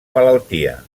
malaltia